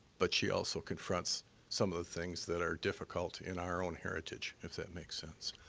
but she also confronts some of the things that are difficult in our own heritage, if that makes sense.